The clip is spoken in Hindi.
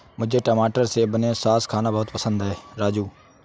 मुझे टमाटर से बने सॉस खाना बहुत पसंद है राजू